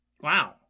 Wow